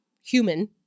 human